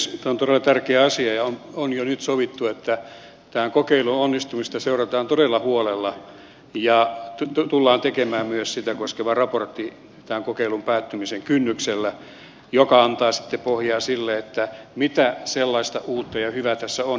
tämä on todella tärkeä asia ja on jo nyt sovittu että tämän kokeilun onnistumista seurataan todella huolella ja tullaan tekemään myös sitä koskeva raportti tämän kokeilun päättymisen kynnyksellä joka antaa sitten pohjaa sille mitä sellaista uutta ja hyvää tässä on jota kannattaa jatkaa